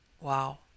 wow